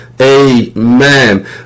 amen